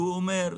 הוא אומר,